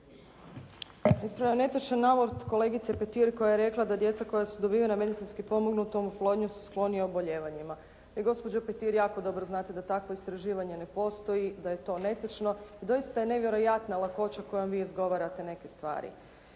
Ispravljam netočan navod kolegice Petir koja je rekla da djeca koja su dobivena medicinski pomognutom oplodnjom su skloni obolijevanjima. Vi gospođo Petir jako dobro znate da takvo istraživanje ne postoji, da je to netočno i doista je nevjerojatna lakoća kojom vi izgovarate neke stvari.